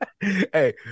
Hey